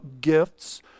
gifts